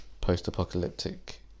Post-apocalyptic